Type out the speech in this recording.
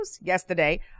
Yesterday